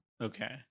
Okay